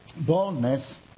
boldness